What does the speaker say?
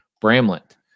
bramlett